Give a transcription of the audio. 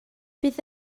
bydd